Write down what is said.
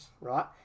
right